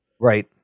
Right